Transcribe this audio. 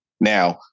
Now